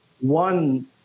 one